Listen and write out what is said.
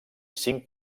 cinc